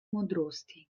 modrosti